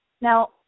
Now